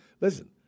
listen